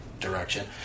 direction